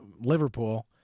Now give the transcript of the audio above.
Liverpool